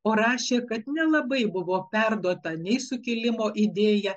o rašė kad nelabai buvo perduota nei sukilimo idėja